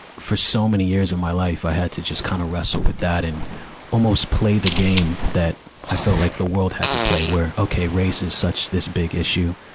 for so many years of my life, i had to just kind of wrestle with that and almost play the game that i felt like the world had to play, where, okay, race is such this big issue.